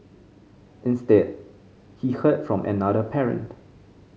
instead he heard from another parent